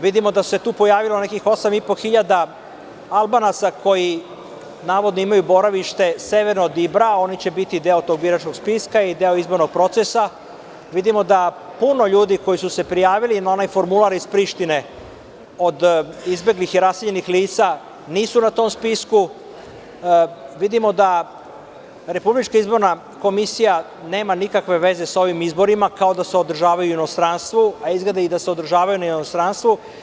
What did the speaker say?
Vidimo da se tu pojavilo nekih 8.5 hiljada Albanaca koji navodno imaju boravište severno od Ibra, a oni će biti deo tog biračkog spiska i deo izbornog procesa, vidimo da puno ljudi koji su se prijavili na onaj formular iz Prištine, od izbeglih i raseljenih lica, nisu na tom spisku, vidimo da RIK nema nikakve veze sa ovim izborima, kao da se održavaju u inostranstvu, a izgleda i da se održavaju u inostranstvu.